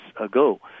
ago